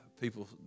people